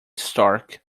stark